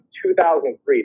2003